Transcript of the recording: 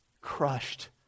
crushed